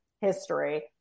history